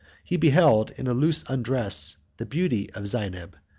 he beheld, in a loose undress, the beauty of zeineb,